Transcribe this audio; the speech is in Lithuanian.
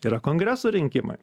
yra kongreso rinkimai